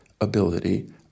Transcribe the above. ability